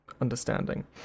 understanding